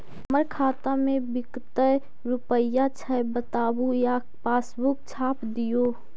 हमर खाता में विकतै रूपया छै बताबू या पासबुक छाप दियो?